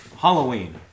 Halloween